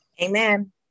Amen